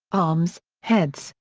arms heads,